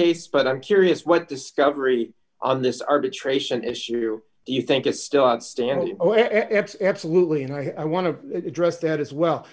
case but i'm curious what discovery on this arbitration issue you think it's still outstanding no ex absolutely and i want to address that as well